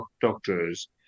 doctors